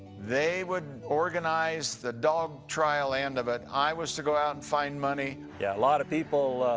they would organize the dog trial end of it, i was to go out and find money. yeah, a lot of people